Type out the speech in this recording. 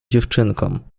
dziewczynką